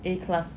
A class